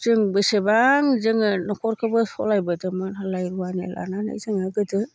जों बेसेबां जोङो न'खरखौबो सालायबोदोंमोन हालाय रुवानि लानानै जोङो गोदो